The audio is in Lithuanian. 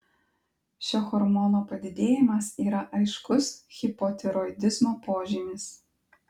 šio hormono padidėjimas yra aiškus hipotiroidizmo požymis